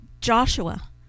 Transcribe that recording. Joshua